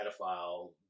pedophile